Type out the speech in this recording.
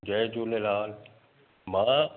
जय झूलेलाल मां